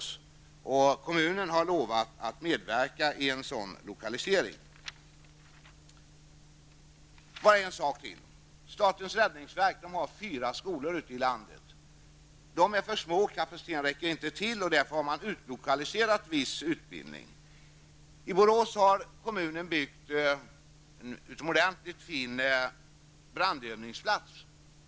Borås kommun har lovat att medverka i en sådan lokalisering. Bara en sak till. Statens räddningsverk har fyra skolor ute i landet. Kapaciteten vid dessa räcker inte till, därför har man utlokaliserat viss utbildning. I Borås har kommunen byggt en utomordentligt fin brandövningsplats.